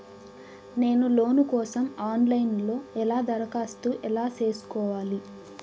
నేను లోను కోసం online లో ఎలా దరఖాస్తు ఎలా సేసుకోవాలి?